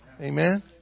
Amen